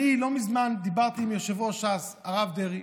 אני לא מזמן דיברתי עם יושב-ראש ש"ס הרב דרעי.